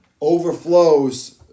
overflows